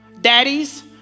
Daddies